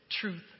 truth